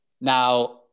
Now